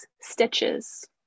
stitches